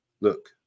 Look